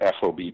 FOB